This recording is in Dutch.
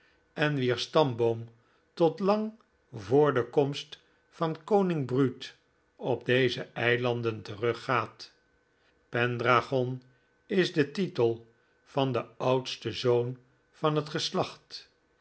en wier stamboom tot lang voor de komst van koning brute op deze eilanden teruggaat pendragon is de titel van den oudsten zoon van het geslacht